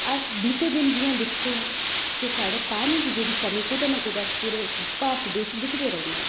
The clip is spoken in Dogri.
अस बीते दिन जि'यां दिखचै के साढ़ै पानी दी जेह्ड़ी कमी कुतै ना कुतै पूरे भारत च दिखदे रौह्न्ने ऐं